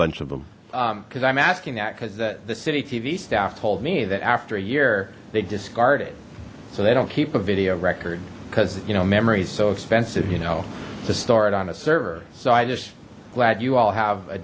bunch of them because i'm asking that because the the city tv staff told me that after a year they discard it so they don't keep a video record because you know memory is so expensive you know to store it on a server so i just glad you all have a